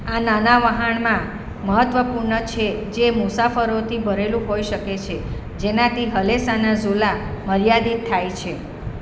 આ નાનાં વહાણમાં મહત્ત્વપૂર્ણ છે જે મુસાફરોથી ભરેલું હોઈ શકે છે જેનાથી હલેસાનાં ઝોલા મર્યાદિત થાય છે